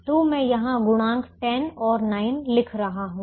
तो मैं यहां गुणांक 10 और 9 लिख रहा हूं